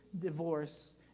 divorce